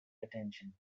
attention